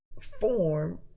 form